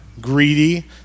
greedy